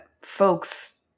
folks